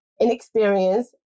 inexperience